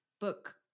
book